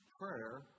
prayer